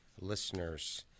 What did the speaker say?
listeners